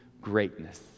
greatness